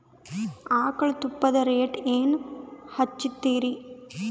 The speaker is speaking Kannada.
ಆಕಳ ತುಪ್ಪದ ರೇಟ್ ಏನ ಹಚ್ಚತೀರಿ?